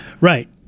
Right